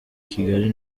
kigali